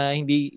hindi